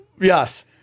Yes